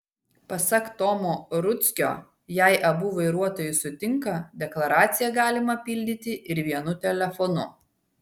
pasak tomo rudzkio jei abu vairuotojai sutinka deklaraciją galima pildyti ir vienu telefonu